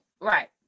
right